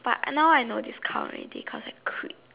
but I no discount already cause I quit